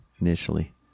initially